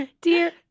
dear